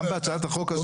גם בהצעת החוק הזו.